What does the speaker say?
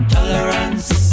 Tolerance